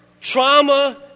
trauma